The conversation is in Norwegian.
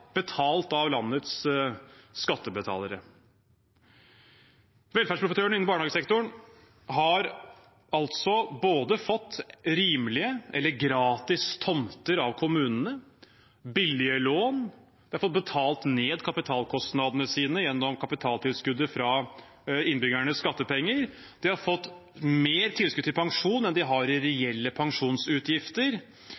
betalt av landets skattebetalere. Velferdsprofitørene innen barnehagesektoren har altså både fått rimelige eller gratis tomter av kommunene, de har fått billige lån, de har fått betalt ned kapitalkostnadene sine gjennom kapitaltilskuddet fra innbyggernes skattepenger, de har fått mer tilskudd til pensjon enn de har i